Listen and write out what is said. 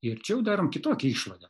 ir čia jau darom kitokią išvadą